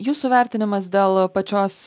jūsų vertinimas dėl pačios